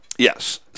Yes